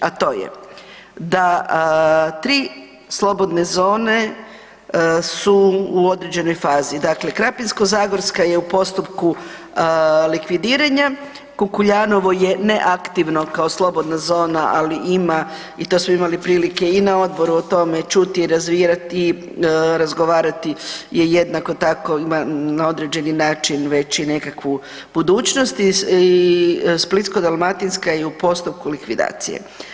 A to je, da 3 slobodne zone su u određenoj fazi, dakle Krapinsko-zagorska je u postupku likvidiranja, Kukuljanovo je neaktivno kao slobodna zona, ali ima i to smo imali prilike i na odboru o tome čuti i razgovarati jer jednako tako ima na određeni način već i nekakvu budućnost i Splitsko-dalmatinska je u postupku likvidacije.